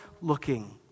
looking